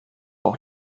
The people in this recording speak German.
auch